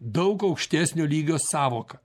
daug aukštesnio lygio sąvoką